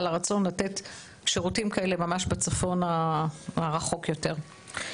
הרצון לתת שירותים כאלה בצפון הרחוק יותר.